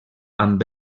amb